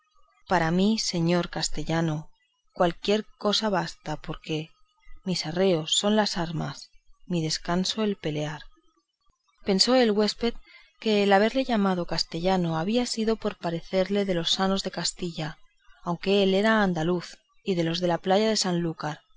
para mí señor castellano cualquiera cosa basta porque mis arreos son las armas mi descanso el pelear etc pensó el huésped que el haberle llamado castellano había sido por haberle parecido de los sanos de castilla aunque él era andaluz y de los de la playa de